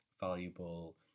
valuable